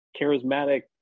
charismatic